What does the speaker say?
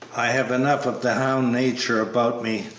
i have enough of the hound nature about me,